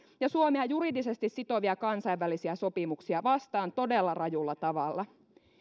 ja suomea juridisesti sitovia kansainvälisiä sopimuksia vastaan todella rajulla tavalla